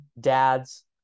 dads